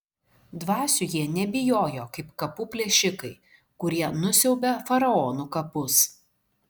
dvasių jie nebijojo kaip kapų plėšikai kurie nusiaubia faraonų kapus